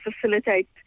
facilitate